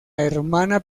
hermana